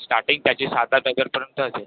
starting त्याची सात आठ हजारपर्यंत असेल